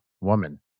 woman